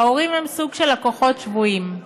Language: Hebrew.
ההורים הם סוג של לקוחות שבויים,